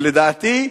לדעתי,